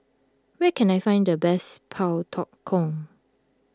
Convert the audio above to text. where can I find the best Pak Thong Ko